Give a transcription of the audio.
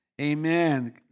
amen